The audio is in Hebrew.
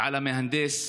ועל המהנדס,